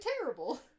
terrible